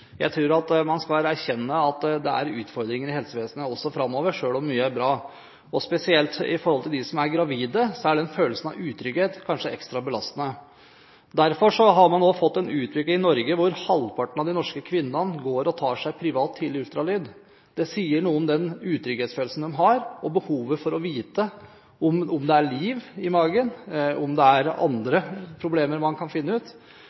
Jeg tror at man skal erkjenne at det er utfordringer i helsevesenet også framover, selv om mye er bra. Spesielt for dem som er gravide, er den følelsen av utrygghet kanskje ekstra belastende. Derfor har man nå fått en utvikling i Norge hvor halvparten av de norske kvinnene tar tidlig ultralyd privat. Det sier noe om den utrygghetsfølelsen de har, og behovet for å vite om det er liv i magen, eller om det er andre problemer man kan finne ut.